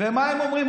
ומה הם אומרים?